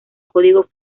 código